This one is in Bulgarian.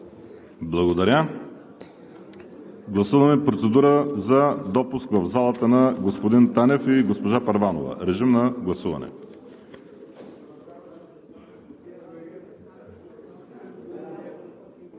Благодаря. Гласуваме процедура за допуск в залата на господин Талев и госпожа Първанова. Гласували